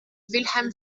wilhelm